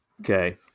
Okay